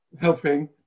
helping